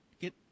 get